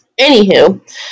anywho